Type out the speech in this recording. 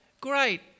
great